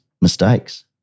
mistakes